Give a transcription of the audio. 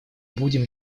будем